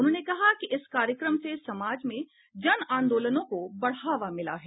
उन्होंने कहा कि इस कार्यक्रम से समाज में जन आंदोलनों को बढ़ावा मिला है